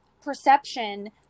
perception